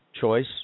choice